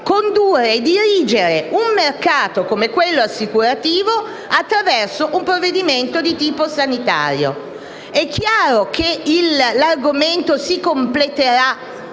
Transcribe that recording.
condurre e dirigere un mercato, come quello assicurativo, attraverso un provvedimento di tipo sanitario. È chiaro che l'argomento si completerà